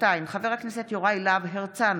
חבר הכנסת יוראי להב הרצנו,